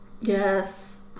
Yes